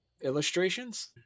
illustrations